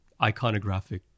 iconographic